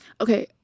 Okay